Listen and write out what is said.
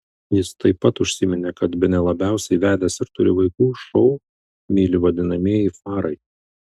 jis taip pat užsiminė kad bene labiausiai vedęs ir turi vaikų šou myli vadinamieji farai